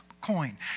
coin